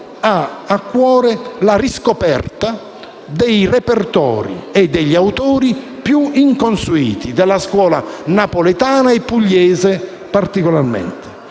ha a cuore la riscoperta dei repertori e degli autori più inconsueti della scuola napoletana e pugliese, particolarmente